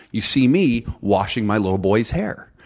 you see me washing my little boy's hair.